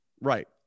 Right